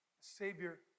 Savior